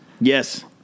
yes